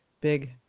big